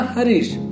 Harish